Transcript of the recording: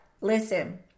listen